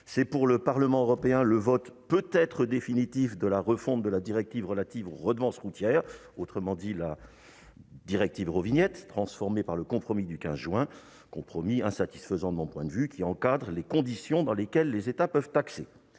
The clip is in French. Pour le Parlement européen, ce sera peut-être le moment du vote définitif de la refonte de la directive relative aux redevances routières, autrement dit la directive Eurovignette, transformée par le compromis du 15 juin dernier, insatisfaisant de mon point de vue, qui encadre les conditions dans lesquelles les États peuvent instaurer